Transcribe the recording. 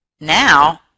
Now